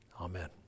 Amen